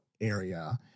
area